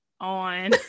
on